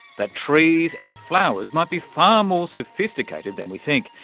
that trees and flowers might be far more sophisticated than we think,